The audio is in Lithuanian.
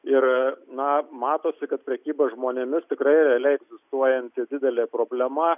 ir na matosi kad prekyba žmonėmis tikrai realiai egzistuojanti didelė problema